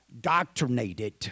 doctrinated